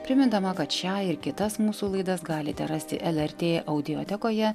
primindama kad šią ir kitas mūsų laidas galite rasti lrt audiotekoje